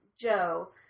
Joe